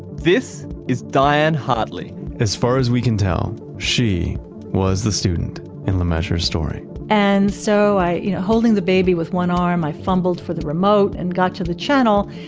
this is diane hartley as far as we can tell, she was the student in lemessurier's story and so, i was you know holding the baby with one arm, i fumbled for the remote and got to the channel,